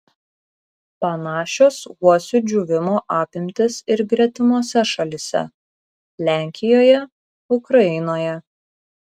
panašios uosių džiūvimo apimtys ir gretimose šalyse lenkijoje ukrainoje